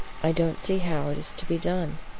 i don't see how it is to be done.